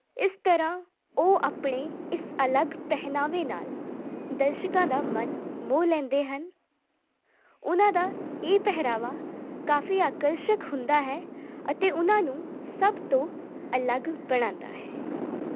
ਇਸ ਤਰਾਂ ਉਹ ਆਪਣੇ ਇਸ ਅਲੱਗ ਪਹਿਨਾਵੇ ਨਾਲ ਦਰਸ਼ਕਾਂ ਦਾ ਮਨ ਮੋਹ ਲੈਂਦੇ ਹਨ ਉਹਨਾਂ ਦਾ ਇਹ ਪਹਿਰਾਵਾ ਕਾਫੀ ਆਕਰਸ਼ਕ ਹੁੰਦਾ ਹੈ ਅਤੇ ਉਹਨਾਂ ਨੂੰ ਸਭ ਤੋਂ ਅਲੱਗ ਬਣਾਉਂਦਾ ਹੈ